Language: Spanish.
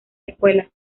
escuela